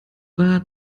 war